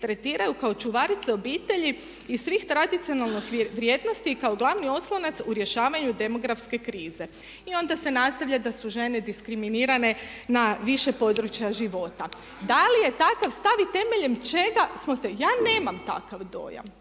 tretiraju kao čuvarice obitelji i svih tradicionalnih vrijednosti i kao glavni oslonac u rješavanju demografske krize. I onda se nastavlja da su žene diskriminirane na više područja života. Da li je takav stav i temeljem čega smo se. Ja nemam takav dojam.